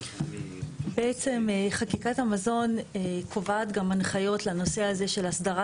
בעצם חקיקת המזון קובעת גם הנחיות לנושא הזה של הסדרה